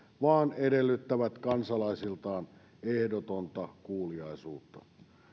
vaan edellyttävät kansalaisiltaan ehdotonta kuuliaisuutta meidän ei